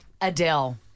Adele